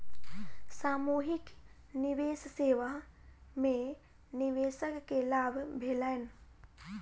सामूहिक निवेश सेवा में निवेशक के लाभ भेलैन